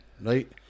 right